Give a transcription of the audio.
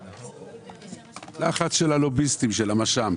הלשכה המרכזית לסטטיסטיקה.